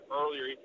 earlier